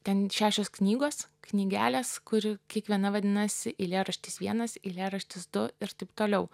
ten šešios knygos knygelės kurių kiekviena vadinasi eilėraštis vienas eilėraštis du ir taip toliau